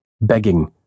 begging